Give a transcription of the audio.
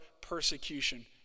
persecution